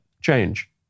change